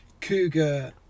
Cougar